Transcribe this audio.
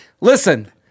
Listen